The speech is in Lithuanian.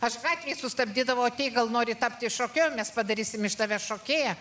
aš gatvėj sustabdydavau ateik gal nori tapti šokėja nes padarysim iš tavęs šokėją